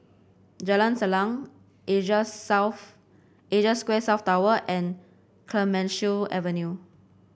Jalan Salang Asia South Asia Square South Tower and Clemenceau Avenue